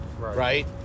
right